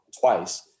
twice